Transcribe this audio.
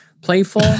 playful